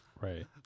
Right